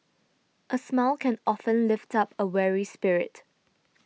a smile can often lift up a weary spirit